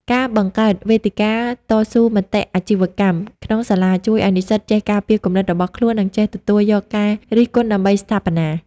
ការបង្កើត "វេទិកាតស៊ូមតិអាជីវកម្ម" ក្នុងសាលា ជួយឱ្យនិស្សិតចេះការពារគំនិតរបស់ខ្លួន និងចេះទទួលយកការរិះគន់ដើម្បីស្ថាបនា។